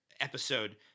episode